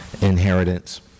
inheritance